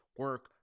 Work